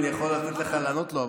אני יכול לתת לך לענות לו,